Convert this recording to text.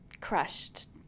crushed